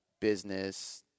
business